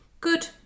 good